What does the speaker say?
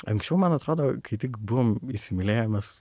anksčiau man atrodo kai tik buvom įsimylėjimas